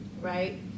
Right